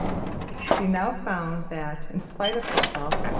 she now found, that in spite of herself,